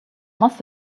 must